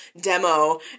demo